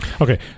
Okay